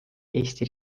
eesti